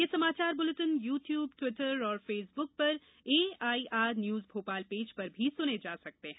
ये समाचार bulletin YouTube Twitter और फेसबुक पर एआईआर न्यूज भोपाल पेज पर सुने जा सकते हैं